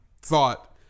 thought